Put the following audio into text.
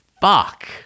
fuck